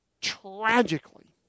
tragically